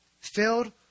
filled